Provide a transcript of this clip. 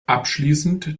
abschließend